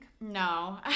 No